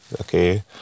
Okay